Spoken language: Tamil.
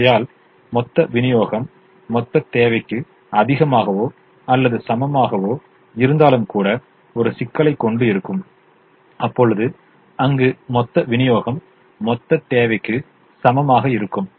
ஆகையால் மொத்த விநியோகம் மொத்த தேவைக்கு அதிகமாகவோ அல்லது சமமாகவோ இருந்தாலும் கூட ஒரு சிக்கலைக் கொண்டு இருக்கும் அப்பொழுது அங்கு மொத்த விநியோகம் மொத்த தேவைக்கு சமமாக இருக்கும்